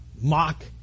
Mock